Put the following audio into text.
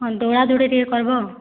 ହଁ ଦଉଡ଼ା ଦଉଡ଼ି ଟିକେ କର୍ବ